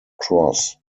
cross